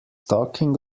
talking